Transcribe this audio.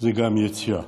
זה גם יציאה.